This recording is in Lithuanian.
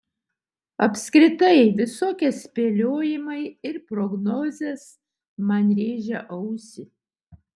apskritai visokie spėliojimai ir prognozės man rėžia ausį